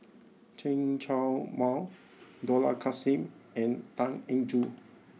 Chen Show Mao Dollah Kassim and Tan Eng Joo